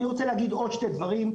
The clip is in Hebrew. אני רוצה להגיד עוד שני דברים: